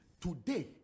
today